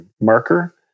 marker